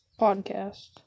podcast